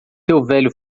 velho